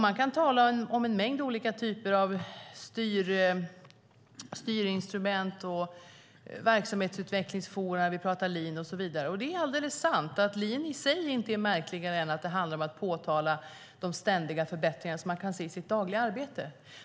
Man kan tala om en mängd olika typer av styrinstrument och verksamhetsutvecklingsformer. Vi talar om lean, och det är alldeles sant att lean i sig inte är märkligare än att det handlar om att påtala de ständiga förbättringar som man kan se i sitt dagliga arbete.